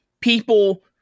people